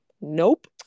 nope